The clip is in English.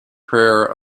prayer